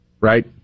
right